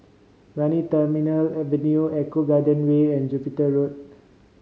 Brani Terminal Avenue Eco Garden Way and Jupiter Road